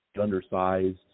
undersized